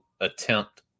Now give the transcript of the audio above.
attempt